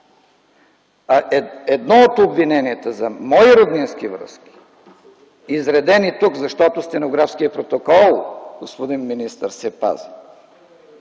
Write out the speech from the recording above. едно от обвиненията за мои роднински връзки, изредени тук, защото стенографският протокол, господин министър, се пази,